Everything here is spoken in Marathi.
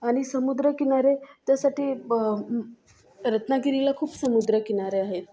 आणि समुद्र किनारे त्यासाठी रत्नागिरीला खूप समुद्र किनारे आहेत